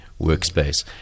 workspace